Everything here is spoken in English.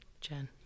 Jen